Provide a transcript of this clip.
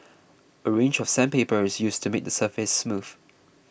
a range of sandpaper is used to make the surface smooth